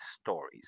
stories